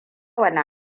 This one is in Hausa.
wane